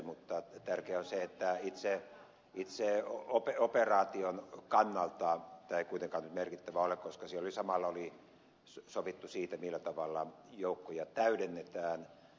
mutta tärkeää on se että itse operaation kannalta tämä ei kuitenkaan nyt merkittävä ole koska siellä oli samalla sovittu siitä millä tavalla joukkoja täydennetään